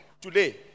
today